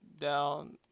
down